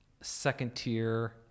second-tier